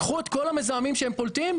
קחו את כל המזהמים שהם פולטים,